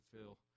Phil